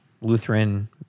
Lutheran